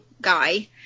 guy